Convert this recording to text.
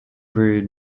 brewed